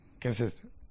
Consistent